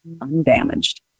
undamaged